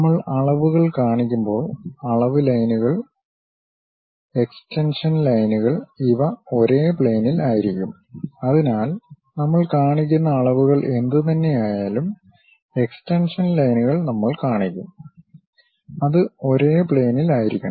നമ്മൾ അളവുകൾ കാണിക്കുമ്പോൾ അളവ് ലൈനുകൾ എക്സ്റ്റൻഷൻ ലൈനുകൾ ഇവ ഒരേ പ്ളെയിനിൽ ആയിരിക്കും അതിനാൽ നമ്മൾ കാണിക്കുന്ന അളവുകൾ എന്തുതന്നെയായാലും എക്സ്റ്റൻഷൻ ലൈനുകൾ നമ്മൾ കാണിക്കും അത് ഒരേ പ്ലെയിനിൽ ആയിരിക്കണം